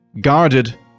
Guarded